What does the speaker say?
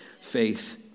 faith